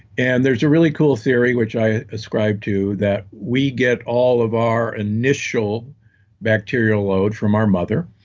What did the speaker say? and there is a really cool theory, which i ascribe to, that we get all of our initial bacterial load from our mother.